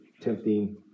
tempting